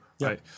right